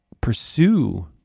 pursue